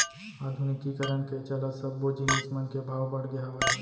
आधुनिकीकरन के चलत सब्बो जिनिस मन के भाव बड़गे हावय